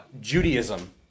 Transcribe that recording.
Judaism